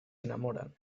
enamoran